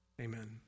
Amen